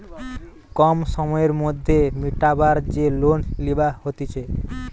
কম সময়ের মধ্যে মিটাবার যে লোন লিবা হতিছে